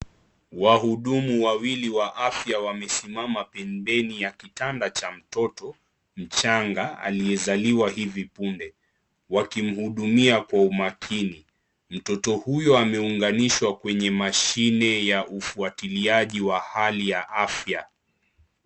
Wahudumu wawili wa afya wamesimama pembeni ya kitanda cha mtoto mchanga, aliyezaliwa hivi punde wakimhudumia kwa umakini, mtoto huyu ameunganishwa kwenye mashine yenye ufuatiliaji wa hali ya afya.